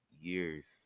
years